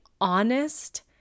honest